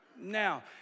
Now